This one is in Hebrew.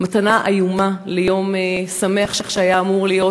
מתנה איומה ביום שמח שהיה אמור להיות,